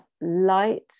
light